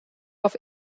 auf